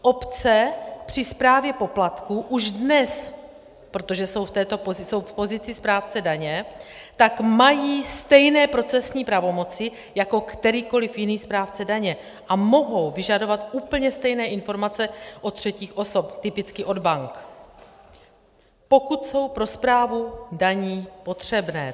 Obce při správě poplatků už dnes, protože jsou v pozici správce daně, tak mají stejné procesní pravomoci jako kterýkoli jiný správce daně a mohou vyžadovat úplně stejné informace od třetích osob, typicky od bank, pokud jsou pro správu daní potřebné.